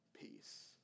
peace